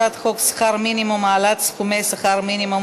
הצעת חוק שכר מינימום (העלאת סכומי שכר מינימום,